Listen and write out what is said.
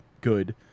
good